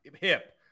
hip